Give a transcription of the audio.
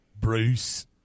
Bruce